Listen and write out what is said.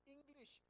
English